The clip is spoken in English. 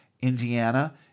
Indiana